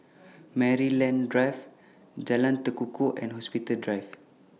Maryland Drive Jalan Tekukor and Hospital Drive